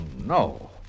no